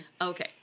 Okay